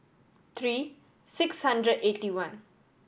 three six hundred eighty one